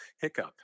hiccup